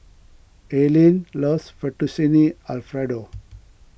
Alene loves Fettuccine Alfredo